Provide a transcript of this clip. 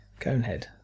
Conehead